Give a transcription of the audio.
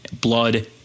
blood